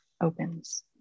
opens